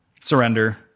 Surrender